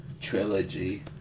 trilogy